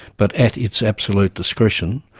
but at its absolute discretion,